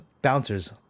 Bouncers